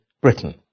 Britain